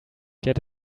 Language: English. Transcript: get